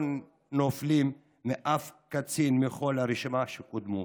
שלא נופלים מאף קצין מכל הרשימה שקודמו.